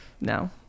no